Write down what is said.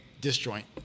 disjoint